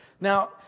Now